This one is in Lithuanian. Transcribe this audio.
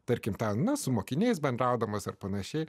tarkim ten su mokiniais bendraudamas ar panašiai